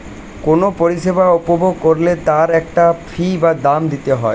কোনো পরিষেবা উপভোগ করলে তার একটা ফী বা দাম দিতে হয়